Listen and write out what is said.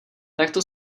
takto